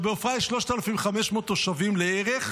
בעפרה יש 3,500 תושבים לערך,